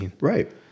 right